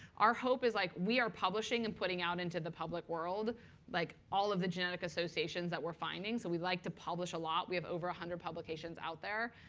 our hope is like we are publishing and putting out into the public world like all of the genetic associations that we're finding. so we like to publish a lot. we have over one hundred publications out there.